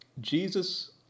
Jesus